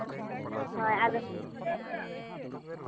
ᱦᱳᱭ ᱟᱫᱚ